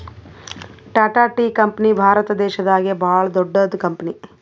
Tata tea company Bharat ದೇಶದಾಗೆ ಭಾಳ್ ದೊಡ್ಡದ್ ಕಂಪನಿ